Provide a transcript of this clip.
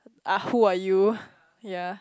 ah who are you yea